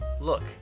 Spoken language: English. Look